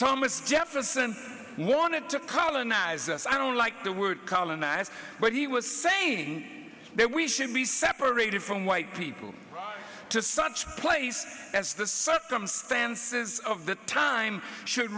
thomas jefferson wanted to colonize us i don't like the word colonize but he was saying that we should be separated from white people to such place as the circumstances of the time should